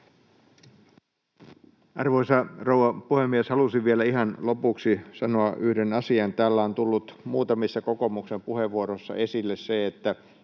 Arvoisa rouva puhemies! Halusin vielä ihan lopuksi sanoa yhden asian. Täällä on tullut muutamissa kokoomuksen puheenvuoroissa esille se, että